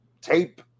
tape